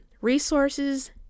resources